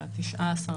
ב-19.